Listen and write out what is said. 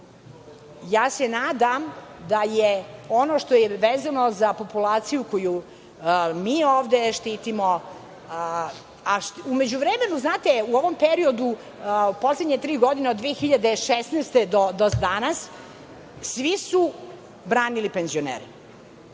Ja se nadam da je ono što je vezano za populaciju koju mi ovde štitimo, a u međuvremenu u ovom periodu, poslednje tri godine od 2016. godine do danas svi su branili penzionere